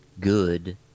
good